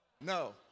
no